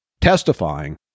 testifying